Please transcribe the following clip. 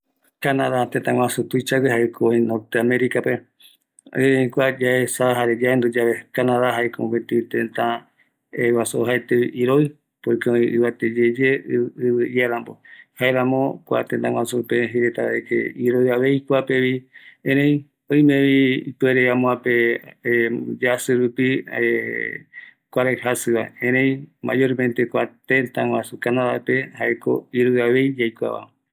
Kua canada jaeko tëtä guasu tuisague jaeko oi norte americape, kua yaesa jare yaendu yave canada jaeko mopeti tëtä kuape ojaetevi iroɨ, jaeko oíko ɨvɨ iaramboye, jaeramo kua tëtä guaju pe jeireta de que iroiavei kuapevi, erei oime ipuere amoape yasi rupi kuaraï jajiva, erei mayor mente kua tëtä guaju canada pe, jaeko irïavei yaikuava